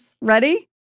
Ready